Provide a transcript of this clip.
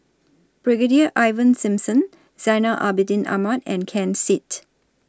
Brigadier Ivan Simson Zainal Abidin Ahmad and Ken Seet